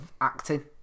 acting